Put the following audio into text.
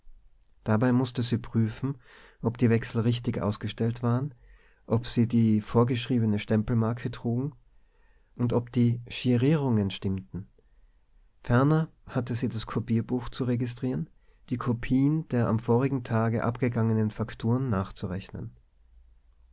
dabei mußte sie prüfen ob die wechsel richtig ausgestellt waren ob sie die vorgeschriebene stempelmarke trugen und ob die girierungen stimmten ferner hatte sie das kopierbuch zu registrieren die kopien der am vorigen tage abgegangenen fakturen nachzurechnen